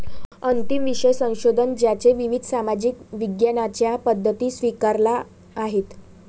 अंतिम विषय संशोधन ज्याने विविध सामाजिक विज्ञानांच्या पद्धती स्वीकारल्या आहेत